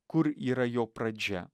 kur yra jo pradžia